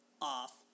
off